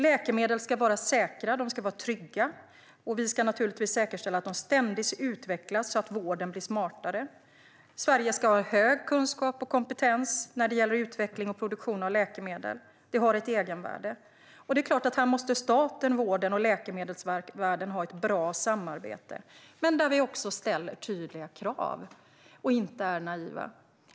Läkemedel ska vara säkra och trygga. Vi ska naturligtvis säkerställa att de ständigt utvecklas, så att vården blir smartare. Sverige ska ha stor kunskap och hög kompetens när det gäller utveckling och produktion av läkemedel. Det har ett egenvärde. Det är klart att staten, vården och läkemedelsvärlden måste ha ett bra samarbete i fråga om detta. Men vi måste också ställa tydliga krav och inte vara naiva.